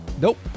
nope